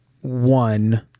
one